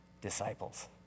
disciples